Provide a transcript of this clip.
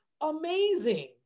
amazing